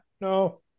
no